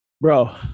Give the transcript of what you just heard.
Bro